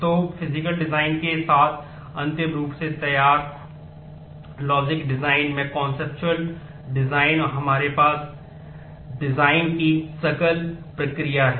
तो भौतिक डिजाइन की सकल प्रक्रिया है